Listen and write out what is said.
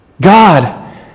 God